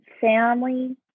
family